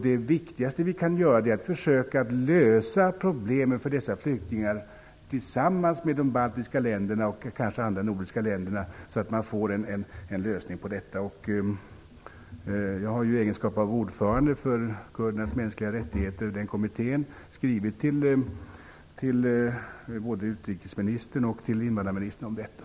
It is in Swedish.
Det viktigaste vi kan göra är att försöka lösa problemen för dessa flyktingar tillsammans med de baltiska länderna och även de övriga nordiska länderna. I egenskap av ordförande i kommittén för kurdernas mänskliga rättigheter har jag skrivit till både utrikesministern och invandrarministern om detta.